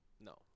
No